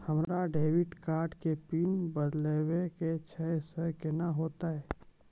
हमरा debit card के PIN बदलबावै के छैं से कौन होतै?